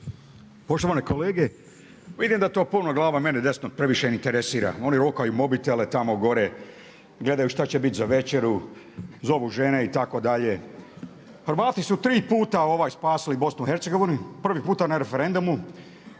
Poštovane kolege vidim da to puno glava meni desno previše ne interesira. Oni …/Govornik se ne razumije./… mobitele tamo gore, gledaju šta će biti za večeru, zovu žene itd.. Hrvati su tri puta spasili BiH-a. Prvi puta na referendumu,